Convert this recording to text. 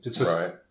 Right